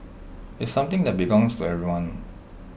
it's something that belongs to everyone